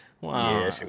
Wow